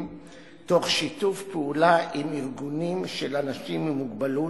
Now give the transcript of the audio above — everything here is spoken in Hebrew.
בשיתוף פעולה עם ארגונים של אנשים עם מוגבלות,